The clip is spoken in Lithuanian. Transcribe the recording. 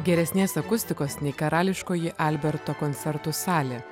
geresnės akustikos nei karališkoji alberto koncertų salė